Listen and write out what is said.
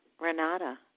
Renata